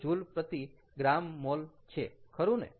3 kJg mole છે ખરું ને